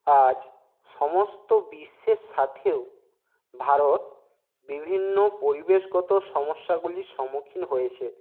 আজ সমস্ত বিশ্বের সাথেও ভারত বিভিন্ন পরিবেশগত সমস্যাগুলির সম্মুখীন হয়েছে